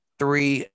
three